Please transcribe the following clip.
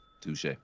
Touche